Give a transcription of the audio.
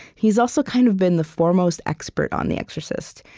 he's also kind of been the foremost expert on the exorcist.